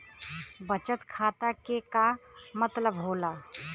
बचत खाता के का मतलब होला?